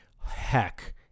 heck